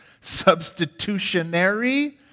substitutionary